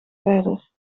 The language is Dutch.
verder